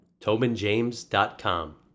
TobinJames.com